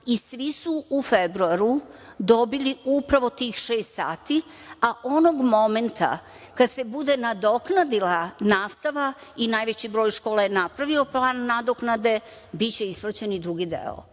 i svi su u februaru dobili upravo tih šest sati, a onog momenta kada se bude nadoknadila nastava, i najveći broj škola je napravio plan nadoknade, biće isplaćen i drugi